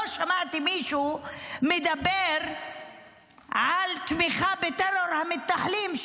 לא שמעתי מישהו מדבר על תמיכה בטרור המתנחלים,